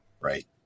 Right